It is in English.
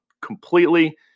completely